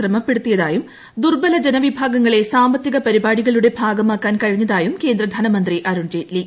ക്രമപ്പെടുത്തിയതായും ദൂർബല ജനവിഭാഗങ്ങളെ സാമ്പത്തിക പരിപാടികളുടെ ഭാഗമാക്കാൻ കഴിഞ്ഞിരുയും കേന്ദ്ര ധനമന്ത്രി അരുൺ ജെയ്റ്റ്ലി